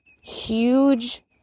huge